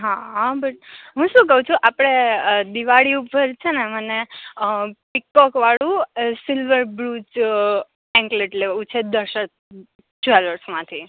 હા આબ હું શું ક્યુ છું આપડે દિવાળી ઉપર છેને મને ટીક ટોક વાળું સિલ્વર બૂજ એંકલેટ લેવું છે દસ ચલસ માંથી